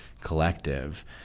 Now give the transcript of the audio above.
collective